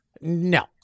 No